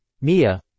Mia